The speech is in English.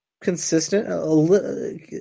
consistent